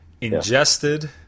Ingested